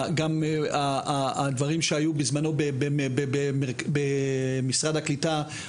גם הדברים שהיו בזמנו במשרד הקליטה,